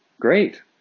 great